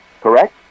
correct